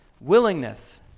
Willingness